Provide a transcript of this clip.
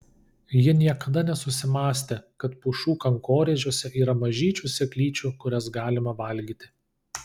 ji niekada nesusimąstė kad pušų kankorėžiuose yra mažyčių sėklyčių kurias galima valgyti